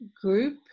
group